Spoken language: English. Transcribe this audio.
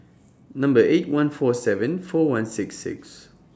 Number eight one four seven four one six six